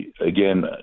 again